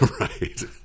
Right